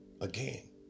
Again